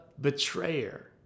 betrayer